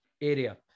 area